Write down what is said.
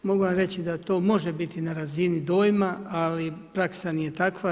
Mogu vam reći da to može biti na razini dojma, ali praksa nije takva.